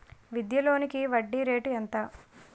విద్యా లోనికి వడ్డీ రేటు ఎంత?